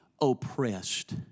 oppressed